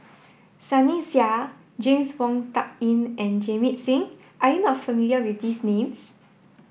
sunny Sia James Wong Tuck Yim and Jamit Singh are you not familiar with these names